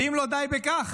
ואם לא די בכך,